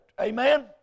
Amen